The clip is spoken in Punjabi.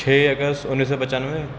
ਛੇ ਅਗਸਤ ਉੱਨੀ ਸੌ ਪਚਾਨਵੇਂ